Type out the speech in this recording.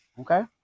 Okay